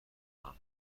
آنها